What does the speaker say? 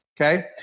Okay